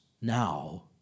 now